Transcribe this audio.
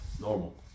normal